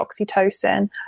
oxytocin